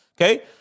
Okay